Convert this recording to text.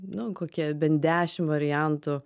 nu kokia bent dešim variantų